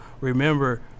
remember